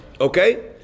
Okay